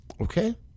Okay